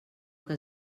que